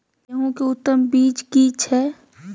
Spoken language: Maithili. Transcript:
गेहूं के उत्तम बीज की छै?